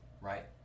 right